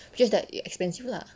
just that it expensive lah